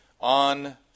on